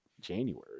January